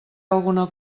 alguna